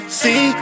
see